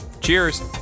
Cheers